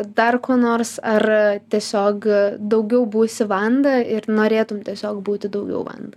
dar kuo nors ar tiesiog daugiau būsi vanda ir norėtum tiesiog būti daugiau vanda